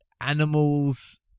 Animals